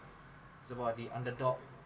it's about the underdog